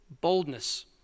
boldness